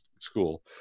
school